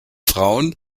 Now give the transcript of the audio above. frauen